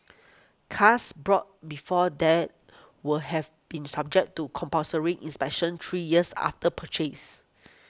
cars brought before then will have been subject to compulsory inspections three years after purchase